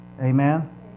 Amen